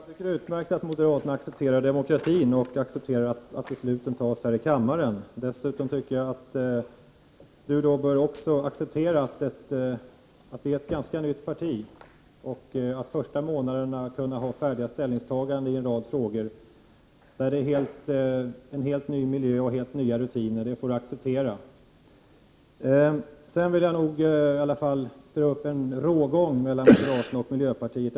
Herr talman! Jag tycker det är utmärkt att moderaterna accepterar demokratin och accepterar att besluten fattas i kammaren. Dessutom borde Erik Holmkvist ta hänsyn till att vi är ett ganska nytt parti. Att vi inte under de första månaderna kan ha färdiga ställningstaganden i en rad frågor i en helt ny miljö med helt nya rutiner får Erik Holmkvist acceptera. Sedan vill jag nog dra upp en rågång mellan moderaterna och miljöpartiet.